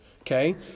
okay